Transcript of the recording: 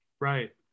Right